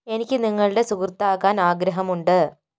എനിക്ക് നിങ്ങളുടെ സുഹൃത്താകാൻ ആഗ്രഹമുണ്ട്